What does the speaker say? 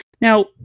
Now